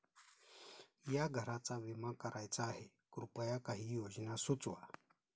या घराचा विमा करायचा आहे कृपया काही योजना सुचवा